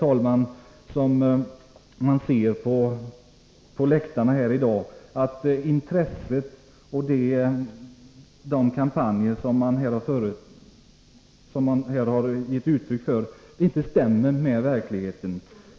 Vi kan se på läktaren här i dag att intresset inte är särskilt stort, trots de kampanjer som bedrivits.